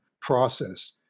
process